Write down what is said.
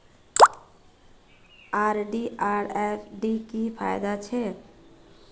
RD आर FD की फ़ायदा छे?